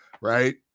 right